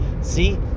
see